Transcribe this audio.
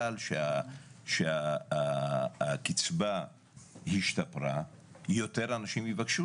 בגלל שהקצבה השתפרה יותר אנשים יבקשו,